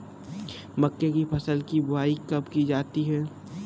मक्के की फसल की बुआई कब की जाती है?